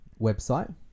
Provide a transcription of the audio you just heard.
website